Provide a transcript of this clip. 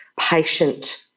patient